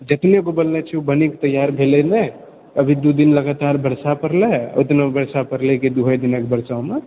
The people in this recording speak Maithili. जतने पऽ बनलो छै ओ बनि कऽ तैयार भेलै नहि अभी दू दिन लगातार बरसा पड़लै ओ दुनू बरसा पड़लै कि दूइए दिनक बरसामे